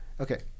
okay